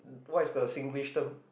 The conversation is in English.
what is the Singlish term